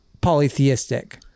polytheistic